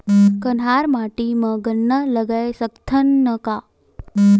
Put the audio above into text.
कन्हार माटी म गन्ना लगय सकथ न का?